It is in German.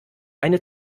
eine